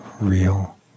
real